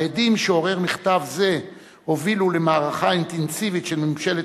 ההדים שעורר מכתב זה הובילו למערכה אינטנסיבית של ממשלת